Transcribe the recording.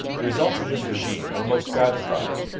the results of this regime were most gratifying.